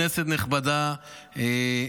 כנסת נכבדה,